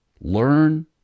learn